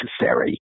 necessary